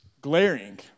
glaring